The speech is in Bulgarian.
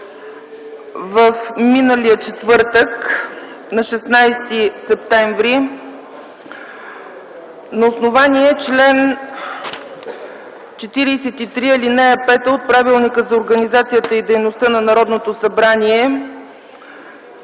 миналия четвъртък – на 16 септември 2010 г. На основание чл. 43, ал. 5 от Правилника за организацията и дейността на Народното събрание